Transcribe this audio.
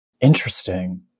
Interesting